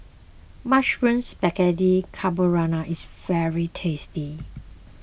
Mushroom Spaghetti Carbonara is very tasty